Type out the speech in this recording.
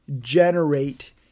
generate